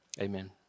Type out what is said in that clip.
Amen